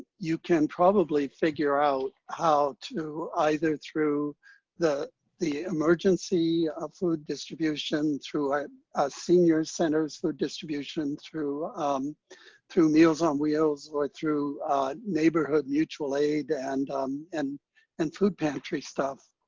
you can probably figure out how to, either through the the emergency ah food distribution, through senior centers for distribution, through um through meals on wheels or through neighborhood mutual aid and and and food pantry stuff,